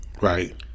Right